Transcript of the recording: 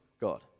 God